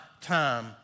time